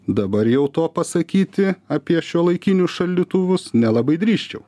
dabar jau to pasakyti apie šiuolaikinius šaldytuvus nelabai drįsčiau